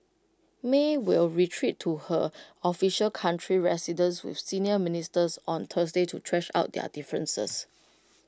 may will retreat to her official country residence with senior ministers on Thursday to thrash out their differences